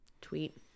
tweet